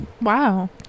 Wow